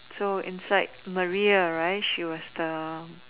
so inside Maria right she was the